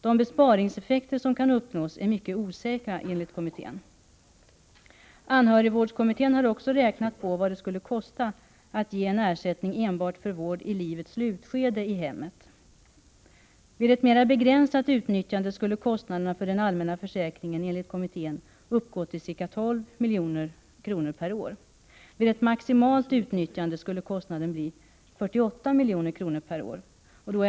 De besparingseffekter som kan uppnås är mycket osäkra, enligt kommittén. Anhörigvårdskommittén har också räknat på vad det skulle kosta att ge en ersättning enbart för vård i livets slutskede i hemmet. Vid ett mera begränsat utnyttjande skulle kostnaderna för den allmänna försäkringen enligt kommittén uppgå till ca 12 milj.kr. per år. Vid ett maximalt utnyttjande skulle kostnaden bli 48 milj.kr. per år.